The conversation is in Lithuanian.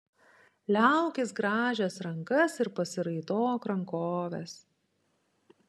liaukis grąžęs rankas ir pasiraitok rankoves